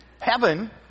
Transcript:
Heaven